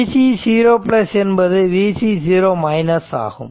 Vc 0 என்பது Vc ஆகும்